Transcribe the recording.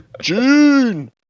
June